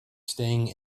staying